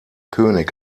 könig